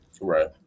Right